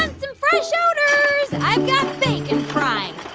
and some fresh odors? i've got bacon frying,